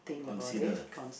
consider